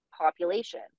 population